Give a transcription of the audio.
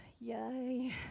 yay